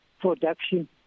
production